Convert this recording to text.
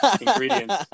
ingredients